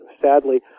sadly